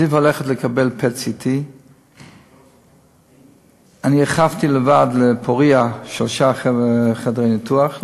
זיו הולך לקבל PET-CT. אני הרחבתי לבד לפוריה שלושה חדרי ניתוח לאחרונה,